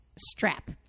Strap